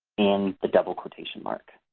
and the double quotation mark.